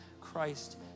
Christ